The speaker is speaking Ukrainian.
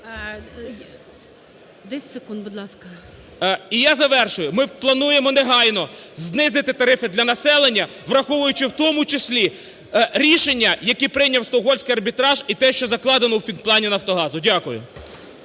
10 секунд, будь ласка. КРУЛЬКО І.І. І я завершую. Ми плануємо негайно знизити тарифи для населення, враховуючи, в тому числі рішення, які прийняв Стокгольмський арбітраж, і те, що закладено у фінплані "Нафтогазу". Дякую.